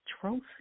trophy